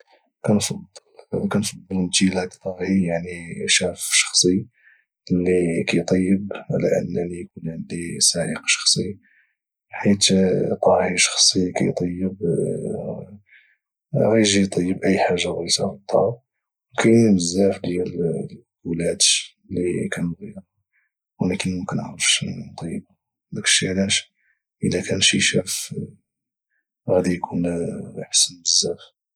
كنفضل امتلاك طاهي يعني شاف شخصي اللي كيطيب على انني يكون عندي سائق شخصي حيت طاهي شخصي كيطيب غاجدي يطيب اي حاجة بغيتها في الدار وكاينين بزاف ديال الاكلات اللي كنبغيها ولكن مكنعرفش نطيبها داكشي علاش الى كان شي شاف غيكون حسن بزاف